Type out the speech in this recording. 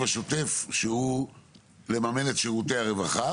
השוטף שהוא לממן את שירותי הרווחה,